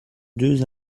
deux